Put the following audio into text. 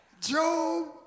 Job